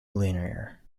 linear